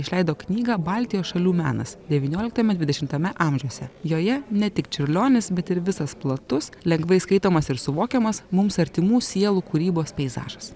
išleido knygą baltijos šalių menas devynioliktame dvidešimtame amžiuose joje ne tik čiurlionis bet ir visas platus lengvai skaitomas ir suvokiamas mums artimų sielų kūrybos peizažas